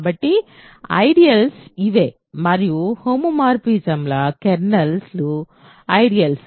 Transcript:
కాబట్టి ఐడియల్స్ ఇవే మరియు హోమోమోర్ఫిజమ్ల కెర్నలు ఐడియల్స్